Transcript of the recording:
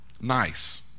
Nice